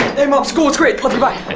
hey mom school was great! love you, bye!